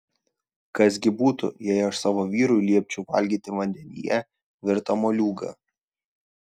kas gi būtų jei aš savo vyrui liepčiau valgyti vandenyje virtą moliūgą